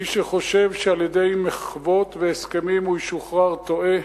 מי שחושב שעל-ידי מחוות והסכמים הוא ישוחרר, טועה.